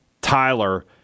Tyler